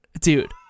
Dude